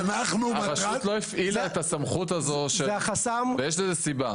הגוף שעושה את זה היום ברשות זה המפקחים השיפוטיים.